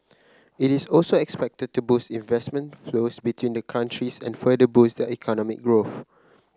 it is also expected to boost investment flows between the countries and further boost their economic growth